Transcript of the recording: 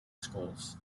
schools